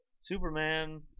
Superman